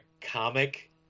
comic